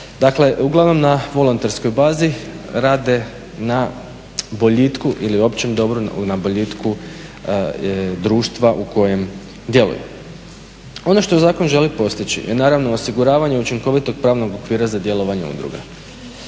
dakle uglavnom na volonterskoj bazi rade na boljitku ili općem dobru, na boljitku društva u kojem djelujemo. Ono što zakon želi postići je naravno osiguravanje učinkovitog pravnog okvira za djelovanje udruga.